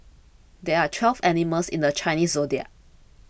there are twelve animals in the Chinese zodiac